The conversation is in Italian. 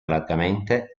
largamente